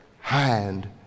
hand